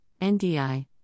NDI